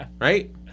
Right